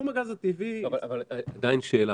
עדיין שאלה.